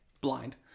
blind